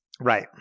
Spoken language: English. Right